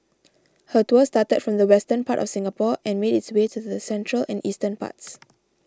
her tour started from the western part of Singapore and made its way to the central and eastern parts